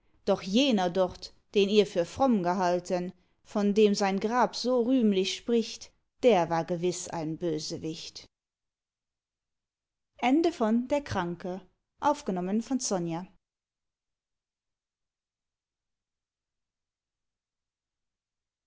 doch jener dort den ihr für fromm gehalten von dem sein grab so rühmlich spricht der war gewiß ein bösewicht